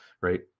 Right